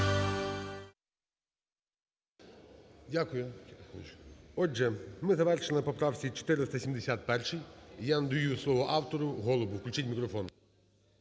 Дякую. Отже, ми завершили на поправці 471-й. І я надаю слово її автору – Голубу. Включіть мікрофон.